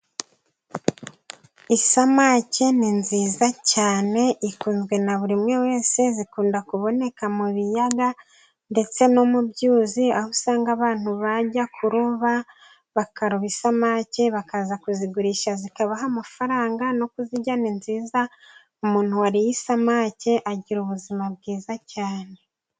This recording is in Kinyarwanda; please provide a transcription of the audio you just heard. Isamake ni nziza cyane ikunzwe na buri umwe wese, zikunda kuboneka mu biyaga ndetse no mu byuzi, aho usanga abantu bajya kuroba, bakaroba isamake bakaza kuzigurisha zikabaha amafaranga no kuzirya ni nziza, umuntu wariye isamake agira ubuzima bwiza cyane.